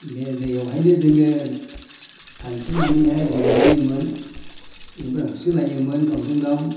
बे दैयावहायनो जोङो सानस्रिनानैहाय गेलेलायोमोन बेनिफ्राय होसोलायोमोन गावजों गाव